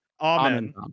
Amen